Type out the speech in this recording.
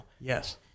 Yes